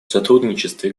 сотрудничество